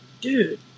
dude